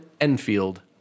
Enfield